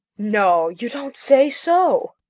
no, you don't say so!